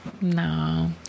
No